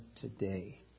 today